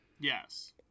yes